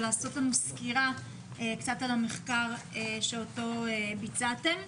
ולעשות לנו סקירה קצת על המחקר שאותו ביצעתם,